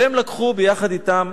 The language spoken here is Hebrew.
והם לקחו ביחד אתם,